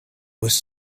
was